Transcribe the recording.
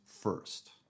first